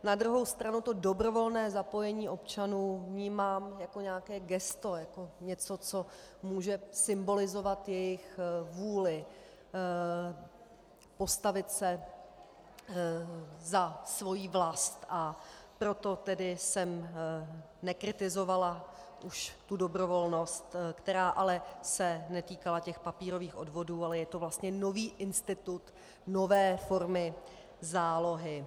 Na druhou stranu dobrovolné zapojení občanů vnímám jako nějaké gesto, jako něco, co může symbolizovat jejich vůli postavit se za svoji vlast, a proto jsem tedy nekritizovala tu dobrovolnost, která se ale netýkala těch papírových odvodů, ale je to vlastně nový institut nové formy zálohy.